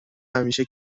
همیشه